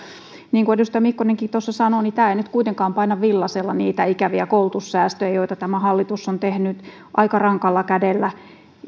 niin kuin edustaja mikkonenkin tuossa sanoi tämä ei nyt kuitenkaan paina villaisella niitä ikäviä koulutussäästöjä joita tämä hallitus on tehnyt aika rankalla kädellä